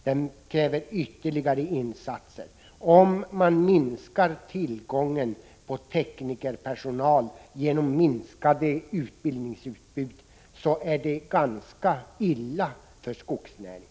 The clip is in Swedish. Den kräver ytterligare insatser. Om man försämrar tillgången på teknikerpersonal genom ett minskat utbildningsutbud är det ganska illa för skogsnäringen.